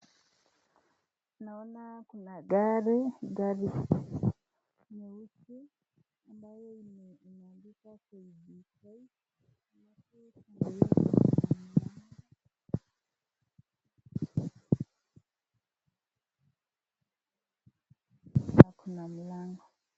Naona kuna gari, gari nyeusi ambayo imeandika KBCna pia ina ina milango kuna mlango.